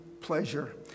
pleasure